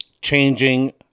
changing